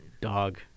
dog